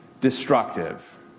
destructive